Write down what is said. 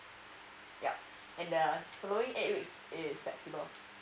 yeah and the following eight weeks is flexible